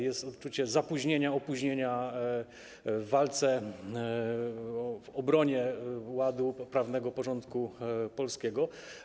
Jest odczucie zapóźnienia, opóźnienia w walce w obronie ładu prawnego, porządku polskiego.